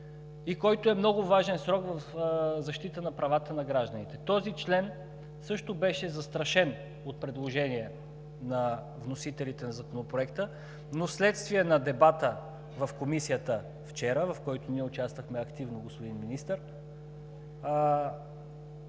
и който е много важен срок – защита правата на гражданите. Този член също беше застрашен от предложения на вносителите на Законопроекта, но вследствие на дебата в Комисията вчера, в който ние, господин Министър,